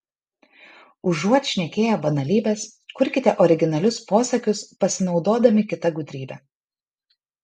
užuot šnekėję banalybes kurkite originalius posakius pasinaudodami kita gudrybe